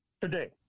Today